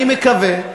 אני מקווה,